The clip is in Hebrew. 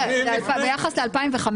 ביחס ל-2015?